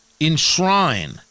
enshrine